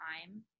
time